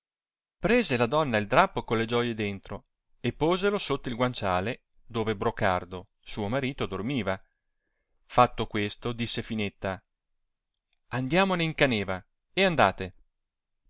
prese la donna il drappo con le gioie dentro e poselo sotto il guanciale dove brocardo suo marito dormiva fatto questo disse finetta andiamone in caneva e andate